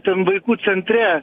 ten vaikų centre